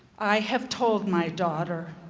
i have told my daughter,